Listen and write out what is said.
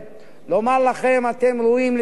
אני מאחל לכם שלא תהיה לכם עבודה.